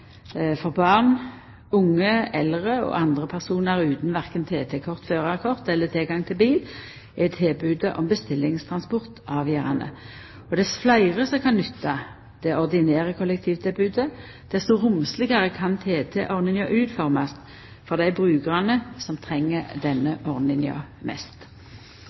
For barn, unge, eldre og andre personar utan verken TT-kort, førarkort eller tilgang til bil er tilbodet om bestillingstransport avgjerande. Dess fleire som kan nytta det ordinære kollektivtilbodet, dess romslegare kan TT-ordninga utformast for dei brukarane som treng denne ordninga mest.